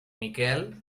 miquel